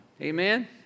Amen